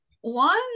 one